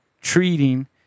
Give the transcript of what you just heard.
treating